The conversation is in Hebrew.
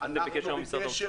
אתם בקשר עם משרד האוצר?